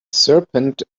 serpent